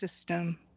system